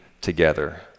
together